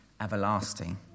everlasting